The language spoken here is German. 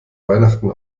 weihnachten